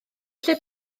lle